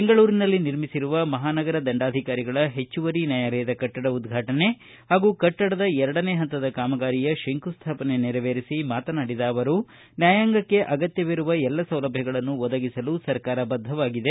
ಬೆಂಗಳೂರಿನಲ್ಲಿ ನಿರ್ಮಿಸಿರುವ ಮಹಾನಗರ ದಂಡಾಧಿಕಾರಿಗಳ ಹೆಚ್ಚುವರಿ ನ್ಯಾಯಾಲಯದ ಕಟ್ಟಡ ಉದ್ಘಾಟನೆ ಹಾಗೂ ಕಟ್ಟಡದ ಎರಡನೇ ಪಂತದ ಕಾಮಗಾರಿಯ ಶಂಕುಸ್ಟಾಪನೆ ನೆರವೇರಿಸಿ ಮಾತನಾಡಿದ ಅವರು ನ್ಯಾಯಾಂಗಕ್ಕೆ ಅಗತ್ತವಿರುವ ಎಲ್ಲ ಸೌಲಭ್ಯಗಳನ್ನು ಒದಗಿಸಲು ಸರ್ಕಾರ ಬದ್ದವಾಗಿದೆ